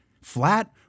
flat